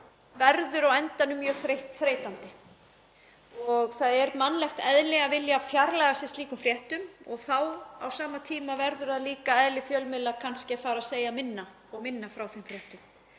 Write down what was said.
verður á endanum mjög þreytandi. Það er mannlegt eðli að vilja fjarlægja sig slíkum fréttum og þá á sama tíma verður það líka eðli fjölmiðla kannski að fara að segja minna og minna frá þeim fréttum.